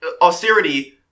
austerity